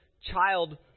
child